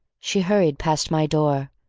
she hurried past my door,